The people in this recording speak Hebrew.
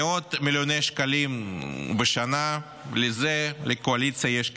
מאות מיליוני שקלים בשנה, לזה לקואליציה יש כסף.